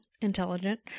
Intelligent